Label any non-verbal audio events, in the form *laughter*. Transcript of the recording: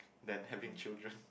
than having children *noise*